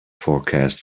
forecast